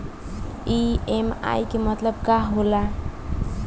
EMI के मतलब का होला?